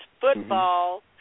football